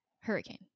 Hurricane